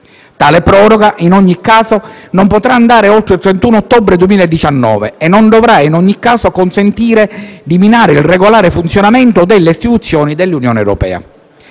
Tale proroga, in ogni caso, non potrà andare oltre il 31 ottobre 2019, né dovrà consentire di minare il regolare funzionamento delle istituzioni dell'Unione europea.